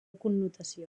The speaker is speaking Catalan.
connotació